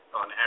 on